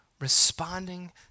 responding